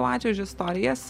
ačiū už istorijas